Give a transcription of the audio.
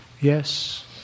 Yes